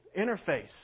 Interface